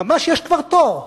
ממש יש כבר תור.